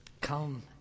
come